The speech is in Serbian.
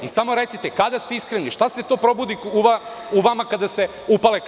I samo recite, kada ste iskreni, šta se to probudi u vama kada se upale kamere?